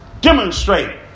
demonstrate